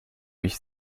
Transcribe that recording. mich